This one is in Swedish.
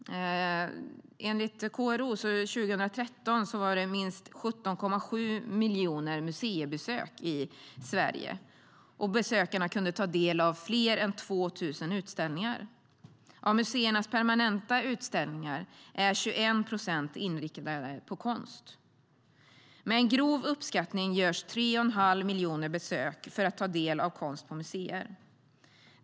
Enligt KRO var det minst 17,7 miljoner museibesök i Sverige 2013, och besökarna kunde ta del av fler än 2 000 utställningar. Av museernas permanenta utställningar är 21 procent inriktade på konst. Med en grov uppskattning görs 3,5 miljoner besök för att ta del av konst på museer.